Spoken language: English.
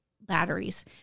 batteries